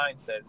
mindset